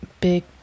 big